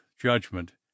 Judgment